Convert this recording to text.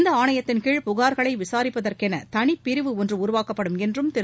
இந்த ஆணையத்தின்கீழ் புகார்களை விசாரிப்பதற்கெள தளிப்பிரிவு ஒன்று உருவாக்கப்படும் என்றும் திரு